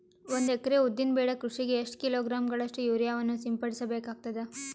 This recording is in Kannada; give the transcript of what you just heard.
ಒಂದು ಎಕರೆ ಉದ್ದಿನ ಬೆಳೆ ಕೃಷಿಗೆ ಎಷ್ಟು ಕಿಲೋಗ್ರಾಂ ಗಳಷ್ಟು ಯೂರಿಯಾವನ್ನು ಸಿಂಪಡಸ ಬೇಕಾಗತದಾ?